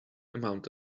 amount